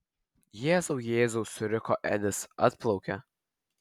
jėzau jėzau suriko edis atplaukia